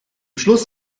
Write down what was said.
schluss